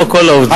כמו כל העובדים.